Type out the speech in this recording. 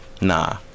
Nah